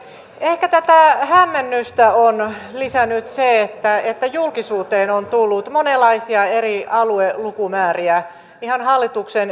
ehkä tätä hämmennystä on lisännyt se että julkisuuteen on tullut monenlaisia eri aluelukumääriä ihan hallituksen sisältäkin